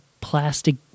plastic